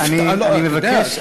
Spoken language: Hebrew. אני מבקש,